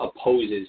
opposes